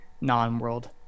non-world